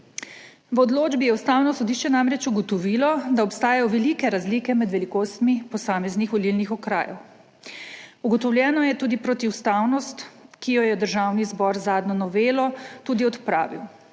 V odločbi je Ustavno sodišče namreč ugotovilo, da obstajajo velike razlike med velikostmi posameznih volilnih okrajev. Ugotovljeno je tudi protiustavnost, ki jo je Državni zbor z zadnjo novelo tudi odpravil.